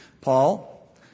Paul